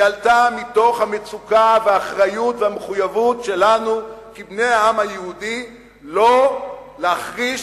היא עלתה מתוך המצוקה והאחריות והמחויבות שלנו כבני העם היהודי לא להחריש